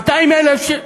100,000 איש.